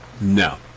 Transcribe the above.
no